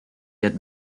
yet